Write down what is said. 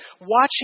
watching